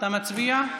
אתה מצביע?